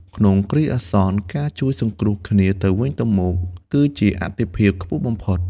ក្នុងគ្រាអាសន្ន ការជួយសង្គ្រោះគ្នាទៅវិញទៅមកគឺជាអាទិភាពខ្ពស់បំផុត។